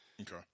Okay